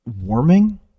warming